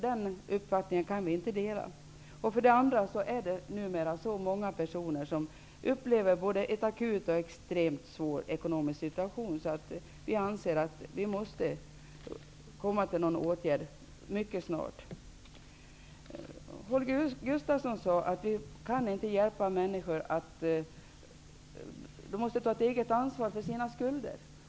Den uppfattningen kan vi inte dela. Dessutom är det nu så många människor som befinner sig i en extremt svår akut situation att jag anser att vi mycket snart måste få till stånd lämpliga åtgärder. Holger Gustafsson sade att människor måste ta ett eget ansvar för sina skulder.